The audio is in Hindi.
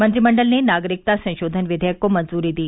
मंत्रिमण्डल ने नागरिकता संशोधन विवेयक को मंजूरी दी